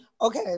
Okay